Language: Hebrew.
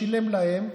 שילם להם,